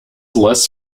less